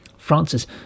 Francis